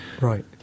Right